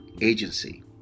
agency